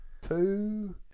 Two